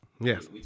yes